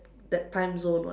that timezone what